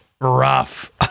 rough